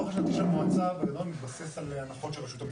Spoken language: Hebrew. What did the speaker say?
הדו"ח השנתי של המועצה מתבסס על הנחות של רשות המיסים.